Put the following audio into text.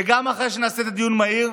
שגם אחרי שנעשה דיון מהיר,